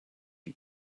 you